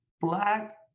Black